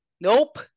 nope